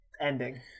ending